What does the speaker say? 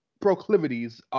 proclivities